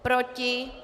Proti?